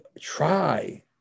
try